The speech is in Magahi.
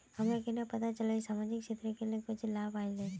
हमरा केना पता चलते की सामाजिक क्षेत्र के लिए कुछ लाभ आयले?